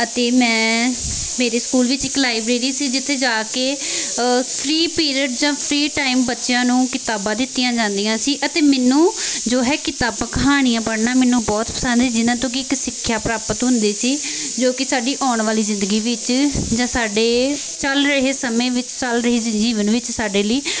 ਅਤੇ ਮੈਂ ਮੇਰੇ ਸਕੂਲ ਵਿੱਚ ਇੱਕ ਲਾਈਬ੍ਰੇਰੀ ਸੀ ਜਿੱਥੇ ਜਾ ਕੇ ਫ੍ਰੀ ਪੀਰੀਅਡ ਜਾਂ ਫ੍ਰੀ ਟਾਈਮ ਬੱਚਿਆਂ ਨੂੰ ਕਿਤਾਬਾਂ ਦਿੱਤੀਆਂ ਜਾਂਦੀਆਂ ਸੀ ਅਤੇ ਮੈਨੂੰ ਜੋ ਹੈ ਕਿਤਾਬਾਂ ਕਹਾਣੀਆਂ ਪੜ੍ਹਨਾ ਮੈਨੂੰ ਬਹੁਤ ਪਸੰਦ ਹੈ ਜਿਨ੍ਹਾਂ ਤੋਂ ਕਿ ਇੱਕ ਸਿੱਖਿਆ ਪ੍ਰਾਪਤ ਹੁੰਦੀ ਸੀ ਜੋ ਕਿ ਸਾਡੀ ਆਉਣ ਵਾਲੀ ਜ਼ਿੰਦਗੀ ਵਿੱਚ ਜਾਂ ਸਾਡੇ ਚੱਲ ਰਹੇ ਸਮੇਂ ਵਿੱਚ ਚੱਲ ਰਹੀ ਜੀਵਨ ਵਿੱਚ ਸਾਡੇ ਲਈ